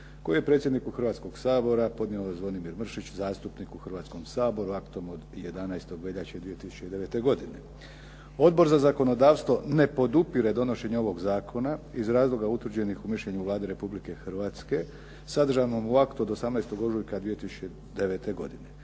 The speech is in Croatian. koji je predsjedniku Hrvatskoga sabora podnio Zvonimir Mršić, zastupnik u Hrvatskom saboru, aktom od 11. veljače 2009. godine. Odbor za zakonodavstvo ne podupire donošenje ovog zakona iz razloga utvrđenih u mišljenju Vlade Republike Hrvatske, sadržanom u aktu od 18. ožujka 2009. godine.